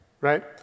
right